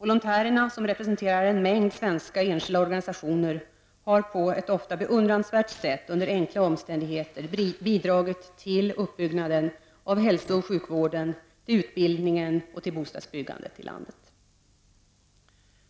Volontärerna som representerar en mängd svenska enskilda organisationer har på ett ofta beundransvärt sätt under enkla omständigheter bidragit till uppbyggnaden av hälsooch sjukvården, till utbildningen och till bostadsbyggandet i landet.